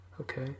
okay